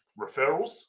referrals